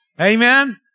Amen